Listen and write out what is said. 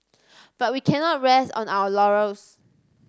but we cannot rest on our laurels